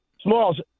Smalls